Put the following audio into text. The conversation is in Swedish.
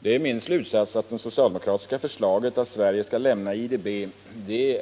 Det är min slutsats att det socialdemokratiska förslaget att Sverige skall lämna IDB